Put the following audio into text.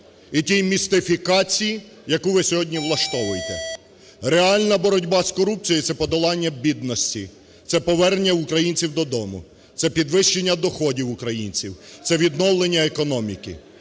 і тій містифікації, яку ви сьогодні влаштовуєте. Реальна боротьба з корупцією – це подолання бідності. Це повернення українців додому. Це підвищення доходів українців. Це відновлення економіки.